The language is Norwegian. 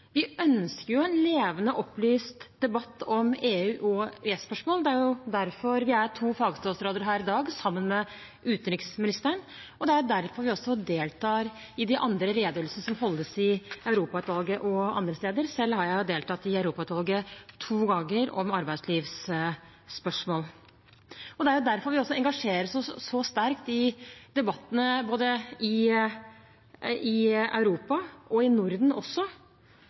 Vi ønsker en levende og opplyst debatt om EU- og EØS-spørsmål. Det er jo derfor vi er to fagstatsråder her i dag sammen med utenriksministeren. Det er derfor vi også deltar i forbindelse med de andre redegjørelsene som holdes i Europautvalget og andre steder. Selv har jeg deltatt i Europautvalget to dager om arbeidslivsspørsmål. Det er derfor vi engasjerer oss så sterkt i debattene både i Europa og i Norden